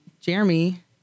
Jeremy